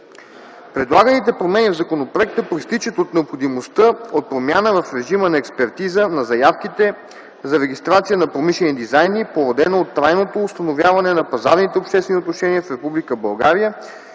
Предлаганите промени в законопроекта произтичат от необходимостта от промяна в режима на експертиза на заявките за регистрация на промишлени дизайни, породена от трайното установяване на пазарните обществени отношения в